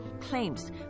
claims